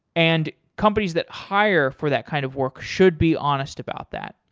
and companies that hire for that kind of work should be honest about that.